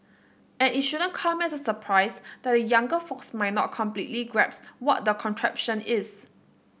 and it shouldn't come as a surprise that the younger folks might not completely grasp what that contraption is